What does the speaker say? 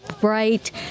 bright